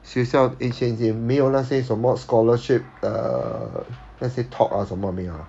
学校的现金没有那些什么 scholarship uh let's say talk ah 什么没有 ah